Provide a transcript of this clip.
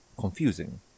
confusing